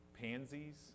pansies